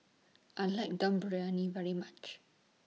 I like Dum Briyani very much